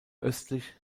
östlich